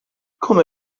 come